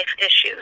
issues